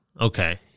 Okay